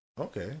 Okay